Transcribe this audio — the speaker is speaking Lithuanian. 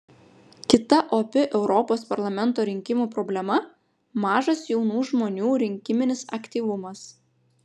kita opi europos parlamento rinkimų problema mažas jaunų žmonių rinkiminis aktyvumas